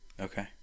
Okay